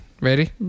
Ready